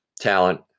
talent